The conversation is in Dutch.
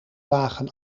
lagen